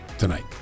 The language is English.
tonight